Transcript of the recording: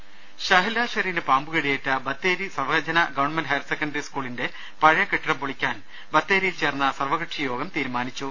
് ഷഹ്ല ഷെറിന് പാമ്പു കടിയേറ്റ Bathery Sarvajana government higher secondary സ്കൂളിന്റെ പഴയ കെട്ടിടം പൊളിക്കാൻ ബത്തേരിയിൽ ചേർന്ന സർവകക്ഷിയോഗം തീരുമാനിച്ചു